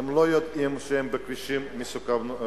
לא יודעים שהם בכבישים מסוכנים,